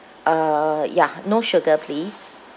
uh ya no sugar please